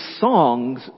songs